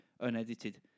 unedited